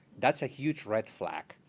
that's a huge red flag.